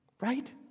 right